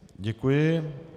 Děkuji.